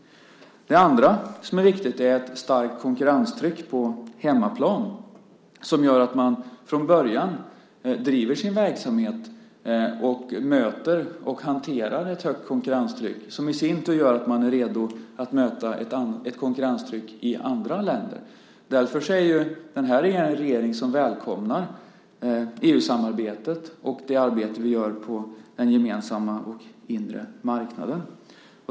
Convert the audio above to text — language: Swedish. Det andra som är viktigt är ett starkt konkurrenstryck på hemmaplan som gör att man från början driver sin verksamhet och möter och hanterar ett högt konkurrenstryck, som i sin tur gör att man är redo att möta ett konkurrenstryck i andra länder. Därför är den här regeringen en regering som välkomnar EU-samarbetet och det arbete vi gör på den gemensamma och inre marknaden.